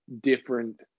different